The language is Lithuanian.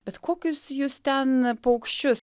bet kokius jūs ten paukščius